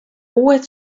uued